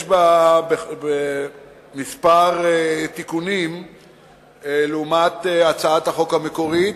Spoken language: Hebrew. יש בה כמה תיקונים לעומת הצעת החוק המקורית,